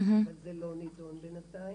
וזה לא נידון בינתיים.